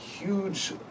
huge